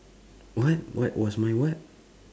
what what what's my what